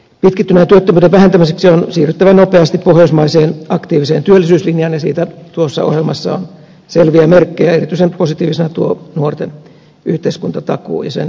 pitkittyneen työttömyyden vähentämiseksi on siirryttävä nopeasti pohjoismaiseen aktiiviseen työllisyyslinjaan ja siitä tuossa ohjelmassa on selviä merkkejä erityisen positiivisena tuo nuorten yhteiskuntatakuu ja sen käyttöönotto